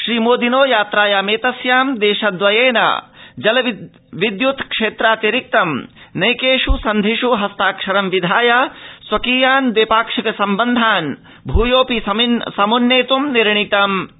श्रीमोदिनो यात्रायामेतस्यां देशद्रयेन जलविद्युत्केत्रातिरिक्त नैकेष् सन्धिष् हस्ताक्षर निधाय स्वकीयान् द्विपाक्षिक सम्बन्धान् भूयोऽपि सम्न्नेत् निर्णयः कृतः